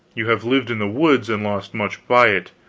you have lived in the woods, and lost much by it.